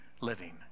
living